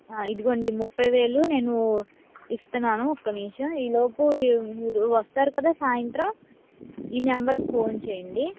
ఆ ఇదిగోండి ముప్పై వేలు నేను ఇస్తున్నాను ఒక్క నిమిషం ఈలోపు మీరు వస్తారు కదా సాయంత్రం ఈ నెంబర్కి ఫోన్ చేయండి